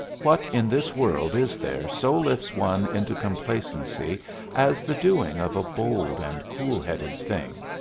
what in this world is there so lifts one into complacency as the doing of a bold and cool-headed thing?